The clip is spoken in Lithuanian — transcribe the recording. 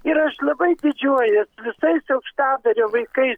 ir aš labai didžiuojuos visais aukštadvario vaikais